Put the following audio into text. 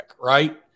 right